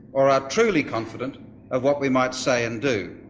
or are truly confident of what we might say and do,